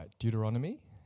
Deuteronomy